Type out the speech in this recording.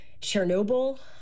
Chernobyl